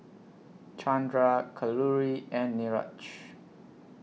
Chandra Kalluri and Niraj